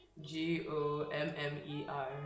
G-O-M-M-E-R